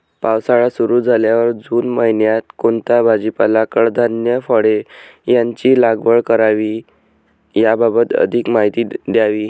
पावसाळा सुरु झाल्यावर जून महिन्यात कोणता भाजीपाला, कडधान्य, फळे यांची लागवड करावी याबाबत अधिक माहिती द्यावी?